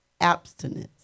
abstinence